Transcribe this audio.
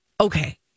Okay